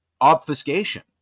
obfuscation